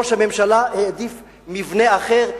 ראש הממשלה העדיף מבנה אחר,